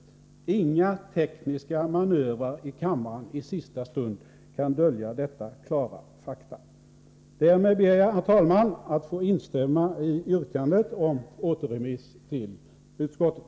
Inga tekniska manövrer i kammaren i sista stund kan dölja detta klara faktum. Därmed ber jag, herr talman, att få instämma i yrkandet om återremiss till utskottet.